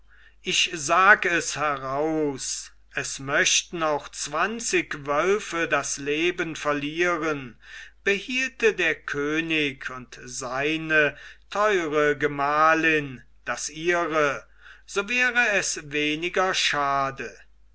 ich sag es heraus es möchten auch zwanzig wölfe das leben verlieren behielte der könig und seine teure gemahlin das ihre so wär es weniger schade